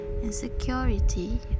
Insecurity